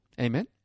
Amen